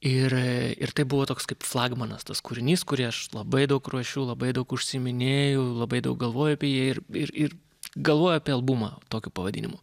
ir ir tai buvo toks kaip flagmanas tas kūrinys kurį aš labai daug ruošiu labai daug užsiiminėju labai daug galvoju apie jį ir ir ir galvoja apie albumą tokiu pavadinimu